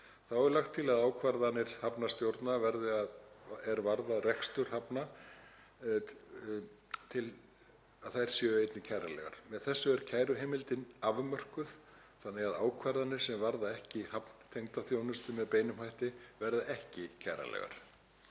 Er lagt til að ákvarðanir hafnarstjórna er varða rekstur hafna séu einnig kæranlegar. Með þessu er kæruheimildin afmörkuð þannig að ákvarðanir sem varða ekki hafntengda þjónustu með beinum hætti verði ekki kæranlegar.